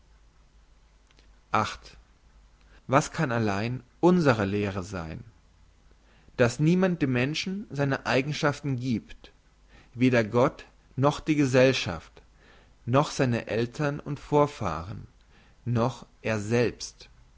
was kann allein unsre lehre sein dass niemand dem menschen seine eigenschaften giebt weder gott noch die gesellschaft noch seine eltern und vorfahren noch er selbst